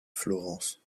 florence